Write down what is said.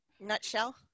nutshell